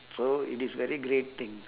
so it is very great thing